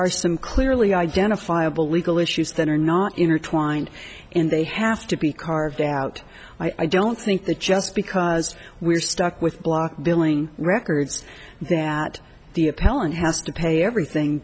are some clearly identifiable legal issues that are not intertwined and they have to be carved out i don't think that just because we're stuck with block billing records that the appellant has to pay everything